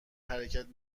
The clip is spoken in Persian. حرکت